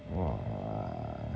!wah!